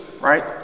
right